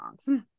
songs